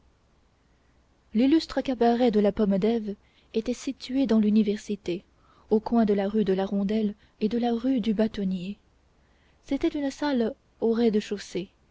l'illustre cabaret de la pomme d'ève était situé dans l'université au coin de la rue de la rondelle et de la rue du bâtonnier c'était une salle au